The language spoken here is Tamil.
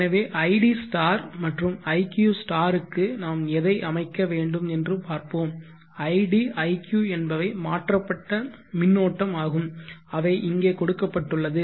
எனவே id மற்றும் iq க்கு நாம் எதை அமைக்க வேண்டும் என்று பார்ப்போம் id iq என்பவை மாற்றப்பட்ட மின்னோட்டம் ஆகும் அவை இங்கே கொடுக்கப்பட்டுள்ளது